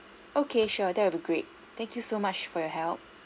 okay sure that would be great thank you so much for your help